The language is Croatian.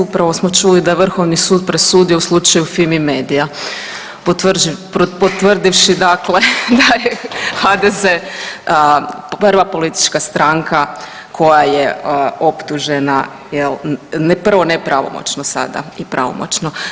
Upravo smo čuli da je Vrhovni sud presudio u slučaju Fimi-media potvrdivši dakle da je HDZ prva politička stranka koja je optužena prvo nepravomoćno sada i pravomoćno.